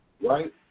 right